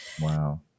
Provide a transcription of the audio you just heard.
Wow